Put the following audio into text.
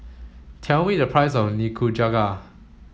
tell me the price of Nikujaga